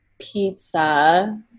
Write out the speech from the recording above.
pizza